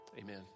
Amen